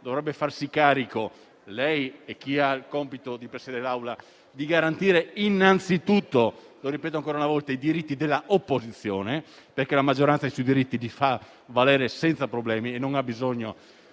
dovrebbe farsi carico (lei e chi ha il compito di presiedere) di garantire innanzitutto - lo ripeto ancora una volta - i diritti dell'opposizione, perché la maggioranza i propri diritti li fa valere senza problemi e non ha bisogno